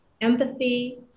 empathy